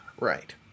Right